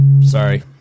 sorry